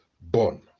born